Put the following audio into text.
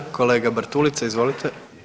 Kolega Bartulica, izvolite.